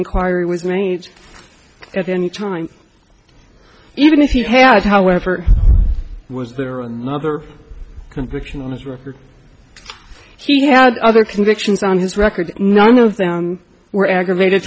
inquiry was made at any time even if he had however was there another conviction on his record he had other convictions on his record none of them were aggravated